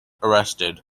arrested